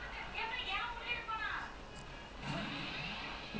ya lah I mean err it will pick up lah but quite sad to see lah